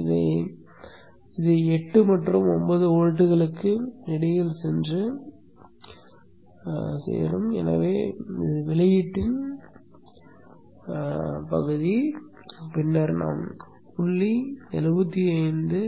எனவே இது 8 மற்றும் 9 வோல்ட்டுகளுக்கு இடையில் சென்று குடியேறும் வெளியீட்டின் கதைக்களம் பின்னர் நாம்புள்ளி 75